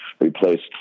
replaced